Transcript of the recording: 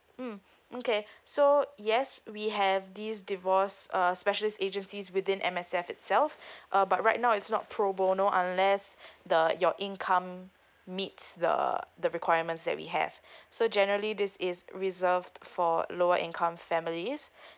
um okay so yes we have this divorce uh special agencies between M_S_F themselves uh but right now it's not pro bono unless the your income meets the the requirements that we have so generally this is reserved for lower income families